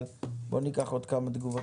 אבל בואו ניקח עוד כמה תגובות.